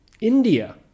India